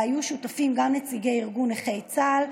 שבה היו שותפים גם נציגי ארגון נכי צה"ל,